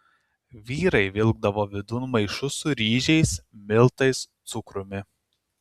vyrai vilkdavo vidun maišus su ryžiais miltais cukrumi